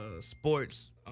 sports –